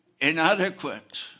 inadequate